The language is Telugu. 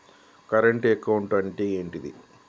కరెంట్ అకౌంట్ అంటే ఏంటిది?